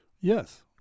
Yes